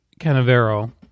Canavero